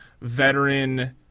veteran –